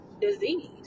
disease